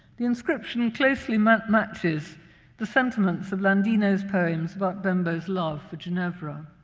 the inscription and closely matches matches the sentiments of landino's poems about bembo's love for ginevra,